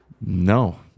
No